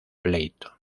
pleito